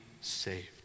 saved